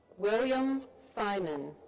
william simon.